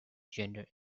gender